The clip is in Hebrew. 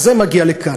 זה מגיע לכאן.